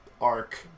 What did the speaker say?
arc